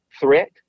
threat